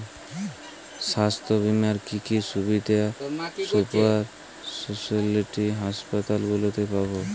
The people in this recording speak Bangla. স্বাস্থ্য বীমার কি কি সুবিধে সুপার স্পেশালিটি হাসপাতালগুলিতে পাব?